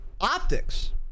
optics